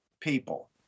people